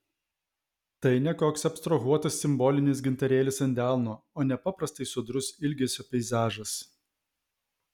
tai ne koks abstrahuotas simbolinis gintarėlis ant delno o nepaprastai sodrus ilgesio peizažas